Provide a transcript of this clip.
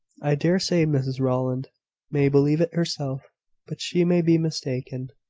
i dare say mrs rowland may believe it herself but she may be mistaken.